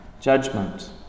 judgment